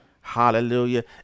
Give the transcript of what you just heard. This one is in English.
hallelujah